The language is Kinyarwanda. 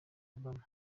obama